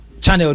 channel